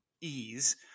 ease